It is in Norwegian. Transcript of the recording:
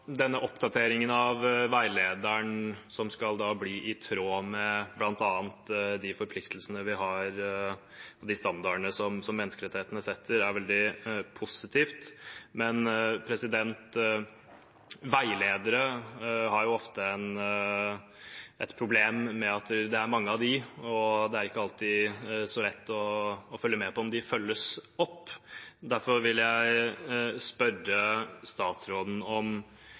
de standardene som menneskerettighetene setter, er veldig positivt. Men veiledere har ofte et problem med at det er mange av dem, og det er ikke alltid så lett å følge med på om de følges opp. Derfor vil jeg spørre statsråden om